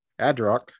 Adrock